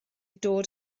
dod